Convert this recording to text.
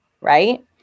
right